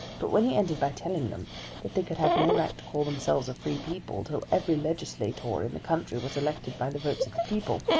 but when he ended by telling them that they could have no right to call themselves a free people till every legislator in the country was elected by the votes of the people,